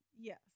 Yes